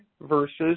versus